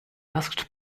asked